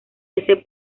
ese